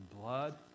blood